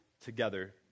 together